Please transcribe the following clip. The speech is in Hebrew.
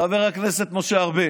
חבר הכנסת משה ארבל.